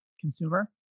consumer